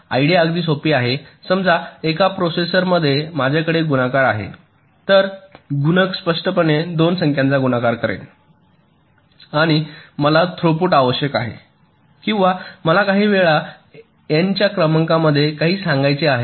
idea अगदी सोपी आहे समजा एका प्रोसेसरमध्ये माझ्याकडे गुणाकार आहे तर गुणक स्पष्टपणे 2 संख्याचा गुणाकार करेल आणि मला थ्रूपूट आवश्यक आहे किंवा मला काही वेळा एनच्या क्रमांकामध्ये काही सांगायचे आहे